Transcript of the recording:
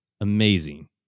amazing